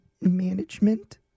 management